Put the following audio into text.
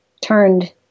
turned